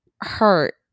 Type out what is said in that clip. hurt